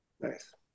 Nice